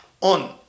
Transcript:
on